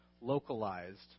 localized